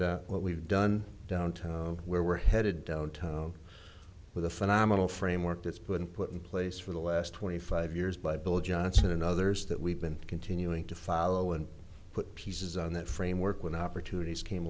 and what we've done downtown where we're headed downtown with a phenomenal framework that's been put in place for the last twenty five years by bill johnson and others that we've been continuing to follow and put pieces on that framework when opportunities came